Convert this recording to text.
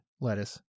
lettuce